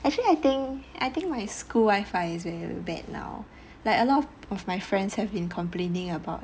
actually I think I think my school wifi is very bad now like a lot of my friends have been complaining about